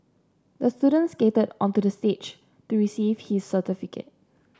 the student skated onto the stage to receive his certificate